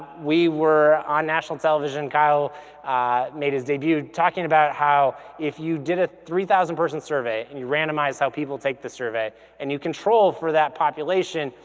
we were on national television. kyle made his debut talking about how if you did a three thousand person survey and you randomized how people take the survey and you control for that population,